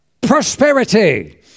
prosperity